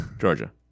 georgia